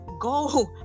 Go